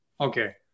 Okay